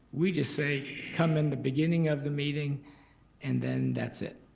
we just say come in the beginning of the meeting and then that's it.